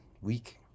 Week